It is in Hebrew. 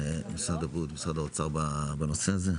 משרד הבריאות למשרד האוצר בנושא הזה,